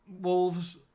Wolves